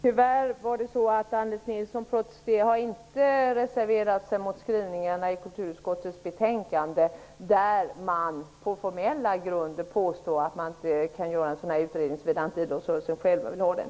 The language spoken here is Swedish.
Herr talman! Anders Nilsson har tyvärr inte reserverat sig mot skrivningarna i kulturutskottets betänkande där man påstår att man på formella grunder inte kan göra en utredning om inte idrottsrörelsen vill ha den.